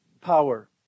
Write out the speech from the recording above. power